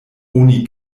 oni